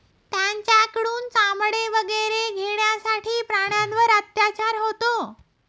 त्यांच्याकडून चामडे वगैरे घेण्यासाठी प्राण्यांवर अत्याचार होतो